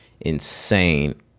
insane